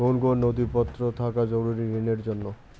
কোন কোন নথিপত্র থাকা জরুরি ঋণের জন্য?